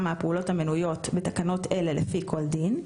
מהפעולות המנויות בתקנות אלה לפי כל דין.